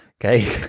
okay,